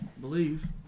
believe